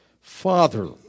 Father